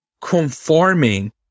conforming